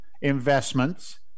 investments